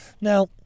Now